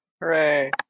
Hooray